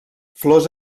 flors